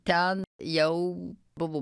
ten jau buvo